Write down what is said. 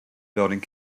building